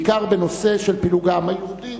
בעיקר בנושא של פילוג העם היהודי,